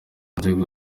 nzego